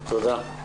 תודה.